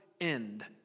end